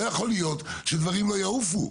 לא יכול להיות שדברים לא יעופו.